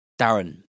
Darren